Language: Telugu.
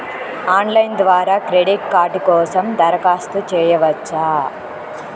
ఆన్లైన్ ద్వారా క్రెడిట్ కార్డ్ కోసం దరఖాస్తు చేయవచ్చా?